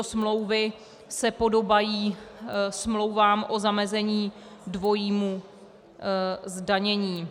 Smlouvy se podobají smlouvám o zamezení dvojímu zdanění.